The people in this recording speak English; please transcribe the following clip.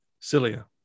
cilia